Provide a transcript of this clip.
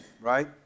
right